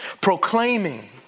proclaiming